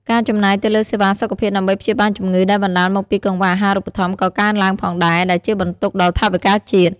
ការចំណាយទៅលើសេវាសុខភាពដើម្បីព្យាបាលជំងឺដែលបណ្តាលមកពីកង្វះអាហារូបត្ថម្ភក៏កើនឡើងផងដែរ ដែលជាបន្ទុកដល់ថវិកាជាតិ។